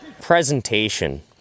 presentation